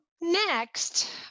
Next